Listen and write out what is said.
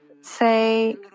Say